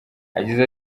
yagize